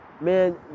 man